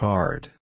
Card